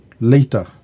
later